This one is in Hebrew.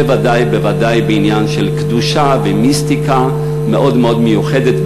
בוודאי ובוודאי בעניין של קדושה ומיסטיקה מאוד מאוד מיוחדת,